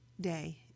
day